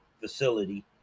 facility